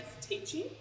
teaching